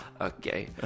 Okay